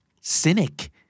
Cynic